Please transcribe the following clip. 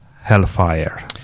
hellfire